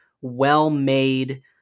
well-made